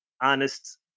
honest